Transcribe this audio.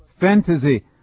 fantasy